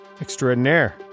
Extraordinaire